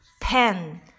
pen